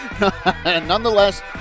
nonetheless